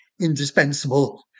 indispensable